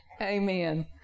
Amen